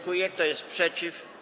Kto jest przeciw?